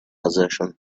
position